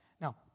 Now